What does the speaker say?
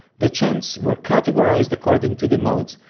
the chants were categorized according to the modes,